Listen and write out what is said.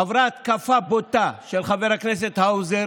עוד משפט אחד בנושא אחר,